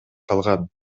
калган